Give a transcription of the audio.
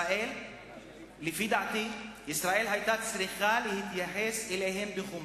לפי דעתי ישראל היתה צריכה להתייחס אליהן בחומרה,